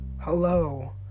Hello